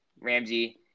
Ramsey